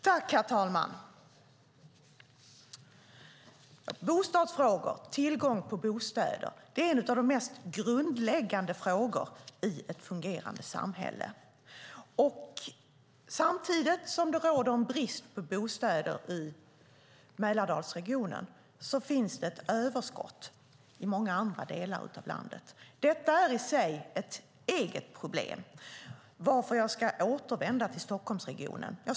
Herr talman! Tillgång på bostäder är en av de mest grundläggande frågorna i ett fungerande samhälle. Samtidigt som det råder brist på bostäder i Mälardalsregionen finns ett överskott i många andra delar av landet. Detta är i sig ett problem, varför jag ska återvända till Stockholmsregionen.